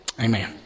Amen